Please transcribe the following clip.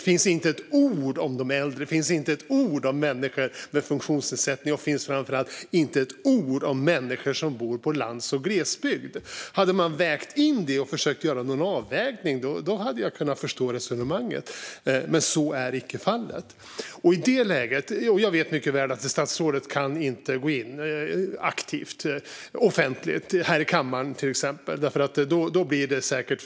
Där finns inte ett ord om de äldre och människor med funktionsnedsättning, och där finns framför allt inte ett ord om människor som bor på landsbygd och i glesbygd. Om man hade tagit med det och försökt göra en avvägning hade jag kunnat förstå resonemanget, men så är icke fallet. Jag vet mycket väl att statsrådet inte kan gå in aktivt och offentligt, till exempel här i kammaren.